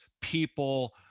people